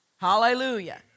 Hallelujah